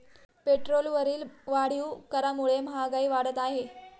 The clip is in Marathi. पेट्रोलवरील वाढीव करामुळे महागाई वाढत आहे